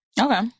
Okay